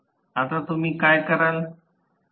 आता तुम्ही काय कराल